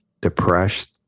depressed